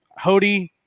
Hody